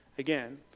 Again